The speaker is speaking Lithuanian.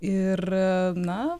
ir na